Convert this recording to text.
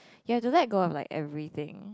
you have to let go of like everything